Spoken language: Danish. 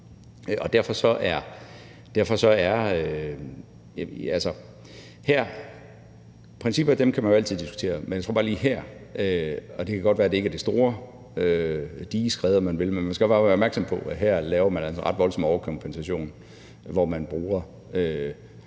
Principper kan man jo altid diskutere, men jeg tror, at bare lige her – og det kan godt være, at det ikke er det helt store digeskred, om man vil – skal man være opmærksom på, at man altså laver en ret voldsom overkompensation, hvor man bruger